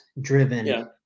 driven